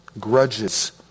grudges